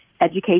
education